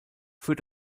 für